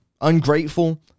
ungrateful